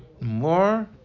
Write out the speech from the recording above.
more